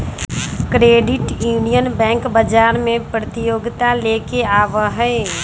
credit union bank बजार में प्रतिजोगिता लेके आबै छइ